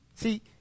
See